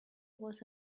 was